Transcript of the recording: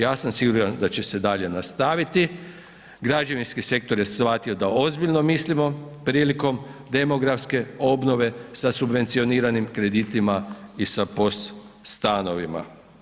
Ja sam siguran da će se dalje nastaviti, građevinski sektor je shvatio da ozbiljno mislimo prilikom demografske obnove sa subvencioniranim kreditima i sa POS stanovima.